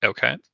Okay